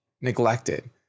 neglected